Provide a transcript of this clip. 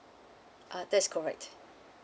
uh that's correct